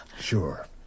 Sure